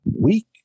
week